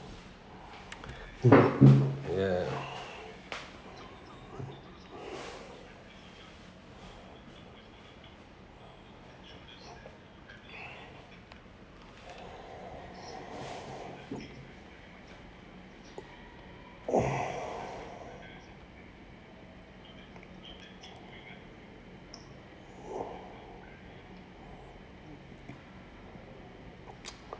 ya